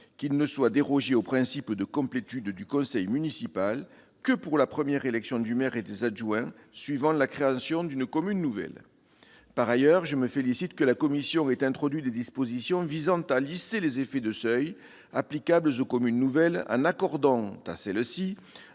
qu'il ne soit dérogé au principe de complétude du conseil municipal que pour la première élection du maire et des adjoints suivant la création d'une commune nouvelle. Par ailleurs, je me félicite de l'introduction par la commission de dispositions visant à lisser les effets de seuil en accordant aux communes nouvelles un délai